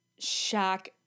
Shaq